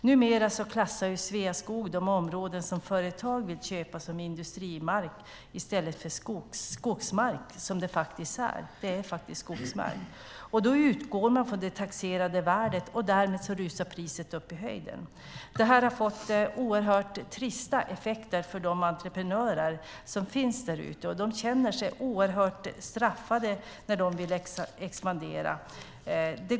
Numera klassar Sveaskog de områden som företag vill köpa som industrimark i stället för skogsmark, som det faktiskt är. Då utgår man från det taxerade värdet, och därmed rusar priset upp i höjden. Detta har fått oerhört trista effekter för de entreprenörer som finns där ute. De känner sig hårt straffade när de vill expandera.